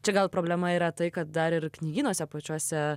čia gal problema yra tai kad dar ir knygynuose pačiuose